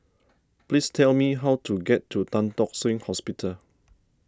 please tell me how to get to Tan Tock Seng Hospital